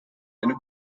eine